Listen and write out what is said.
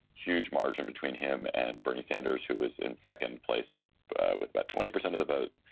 huge margin between him and bernie sanders, who was in second place with about twenty percent of the vote.